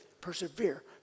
persevere